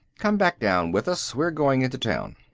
come back down with us. we're going into town.